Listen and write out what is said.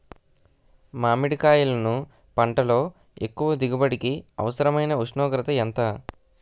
మామిడికాయలును పంటలో ఎక్కువ దిగుబడికి అవసరమైన ఉష్ణోగ్రత ఎంత?